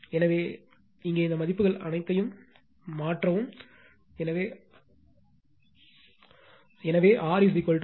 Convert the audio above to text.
எனவே இங்கே இந்த மதிப்புகள் அனைத்தையும் மாற்றவும் எனவே R 56